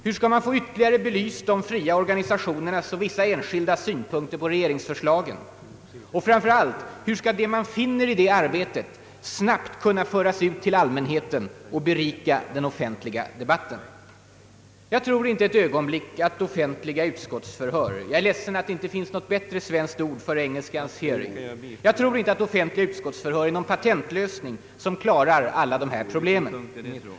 Hur skall man kunna få ytterligare belyst de fria organisationernas och vissa enskildas synpunkter på regeringsförslagen? Och framför allt: Hur skall det man finner i det arbetet snabbt föras ut till allmänheten och berika den offentliga debatten? Jag tror inte ett ögonblick att offentliga utskottsförhör — jag är ledsen att det inte finns något bättre svenskt ord för engelskans »hearing» — är någon patentlösning som klarar alla problem.